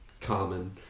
Common